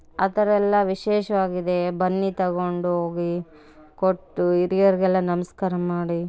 ಆ ಥರ ಎಲ್ಲ ವಿಶೇಷವಾಗಿದೆ ಬನ್ನಿ ತಗೊಂಡೋಗಿ ಕೊಟ್ಟು ಹಿರಿಯರ್ಗೆಲ್ಲ ನಮಸ್ಕಾರ ಮಾಡಿ